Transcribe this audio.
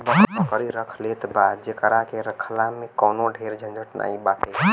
बकरी रख लेत बा जेकरा के रखला में कवनो ढेर झंझट नाइ बाटे